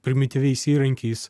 primityviais įrankiais